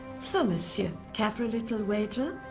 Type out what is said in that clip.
so monsieur care for a little wager?